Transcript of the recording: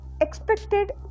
Expected